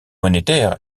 monétaires